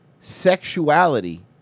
sexuality